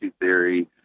theory